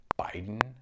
Biden